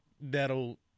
that'll